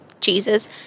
Jesus